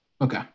Okay